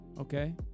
okay